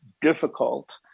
difficult